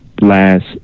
last